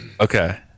Okay